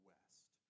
West